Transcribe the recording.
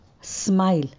Smile